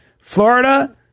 Florida